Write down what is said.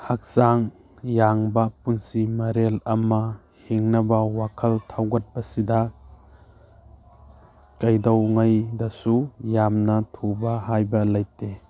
ꯍꯛꯆꯥꯡ ꯌꯥꯡꯕ ꯄꯨꯟꯁꯤ ꯃꯔꯦꯜ ꯑꯃ ꯍꯤꯡꯅꯕ ꯋꯥꯈꯜ ꯊꯧꯒꯠꯄꯁꯤꯗ ꯀꯩꯗꯧꯉꯩꯗꯁꯨ ꯌꯥꯝꯅ ꯊꯨꯕ ꯍꯥꯏꯕ ꯂꯩꯇꯦ